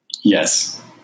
Yes